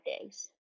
days